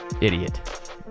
Idiot